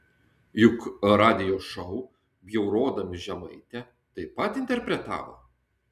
juk radijo šou bjaurodami žemaitę taip pat interpretavo